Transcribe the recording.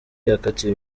yakatiwe